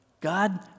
God